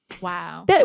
Wow